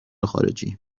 خارجی